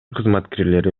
кызматкерлери